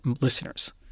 listeners